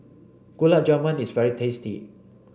Gulab Jamun is very tasty